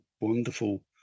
wonderful